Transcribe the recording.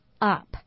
up